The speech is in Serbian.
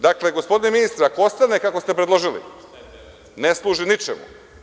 Dakle, gospodine ministre, ako ostane kako ste predložili, ne služi ničemu.